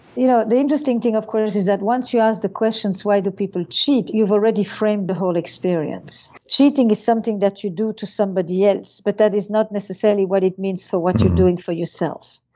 you know the interesting thing of course is that once you ask the questions why do people cheat, you've already framed the whole experience. cheating is something that you do to somebody else but that is not necessarily what it means for what you're doing for yourself.